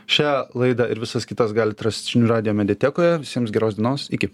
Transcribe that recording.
šią laidą ir visas kitas galit rast žinių radijo mediatekoje visiems geros dienos iki